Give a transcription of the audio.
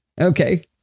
Okay